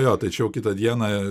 jo tai čia jau kitą dieną